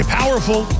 powerful